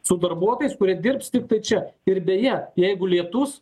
su darbuotojais kurie dirbs tiktai čia ir beje jeigu lietus